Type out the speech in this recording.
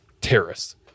terrorists